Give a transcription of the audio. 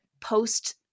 post